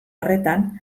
horretan